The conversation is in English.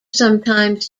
sometimes